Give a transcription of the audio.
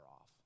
off